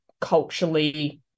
culturally